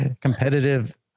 competitive